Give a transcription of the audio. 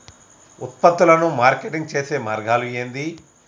ఉత్పత్తులను మార్కెటింగ్ చేసే మార్గాలు ఏంది?